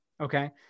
Okay